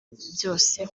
byose